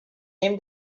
came